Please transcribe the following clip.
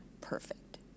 perfect